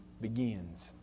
begins